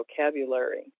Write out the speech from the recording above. vocabulary